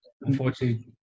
unfortunately